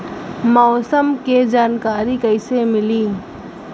मौसम के जानकारी कैसे मिली?